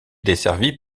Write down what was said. desservie